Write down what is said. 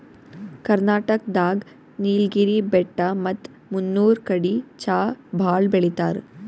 ಕರ್ನಾಟಕ್ ದಾಗ್ ನೀಲ್ಗಿರಿ ಬೆಟ್ಟ ಮತ್ತ್ ಮುನ್ನೂರ್ ಕಡಿ ಚಾ ಭಾಳ್ ಬೆಳಿತಾರ್